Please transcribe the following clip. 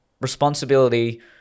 responsibility